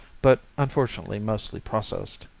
but unfortunately mostly processed.